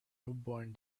newborn